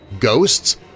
ghosts